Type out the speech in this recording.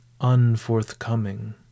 unforthcoming